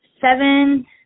seven